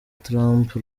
trump